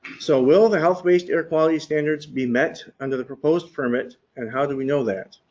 so will the health based air quality standards be met under the proposed permit and how do we know that?